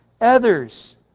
others